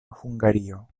hungario